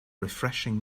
refreshing